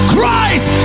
Christ